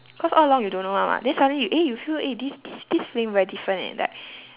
cause all along you don't know [one] [what] then suddenly you eh you feel eh this this this feeling very different eh like